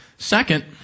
Second